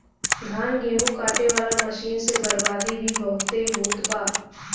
धान, गेहूं काटे वाला मशीन से बर्बादी भी बहुते होत बा